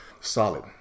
solid